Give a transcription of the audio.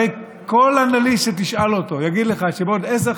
הרי כל אנליסט שתשאל אותו יגיד לך שבעוד 10,